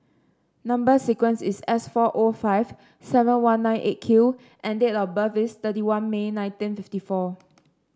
number sequence is S four O five seven one nine Eight Q and date of birth is thirty one May nineteen fifty four